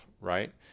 right